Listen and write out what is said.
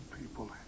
people